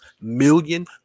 million